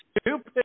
stupid